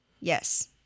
Yes